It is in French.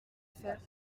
faire